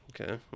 Okay